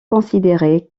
considérée